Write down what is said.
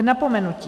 K napomenutí.